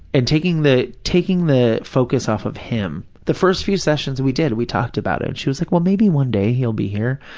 and taking the taking the focus off of him. the first few sessions we did, we talked about it. she was like, well, maybe one day he'll be here,